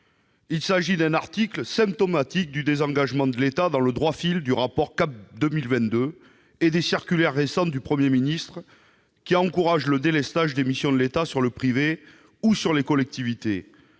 Il est symptomatique du désengagement de l'État, dans le droit fil du rapport CAP 2022 et des circulaires récentes du Premier ministre qui encouragent le délestage de missions de l'État sur le secteur privé ou les collectivités.